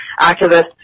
activists